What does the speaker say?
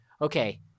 okay